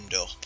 up